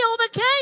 overcame